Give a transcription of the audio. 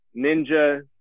ninja